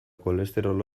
kolesterol